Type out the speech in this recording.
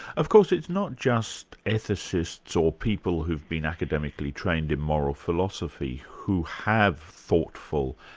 of course it's not just ethicists, or people who've been academically trained in moral philosophy who have thoughtful,